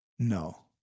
No